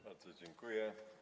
Bardzo dziękuję.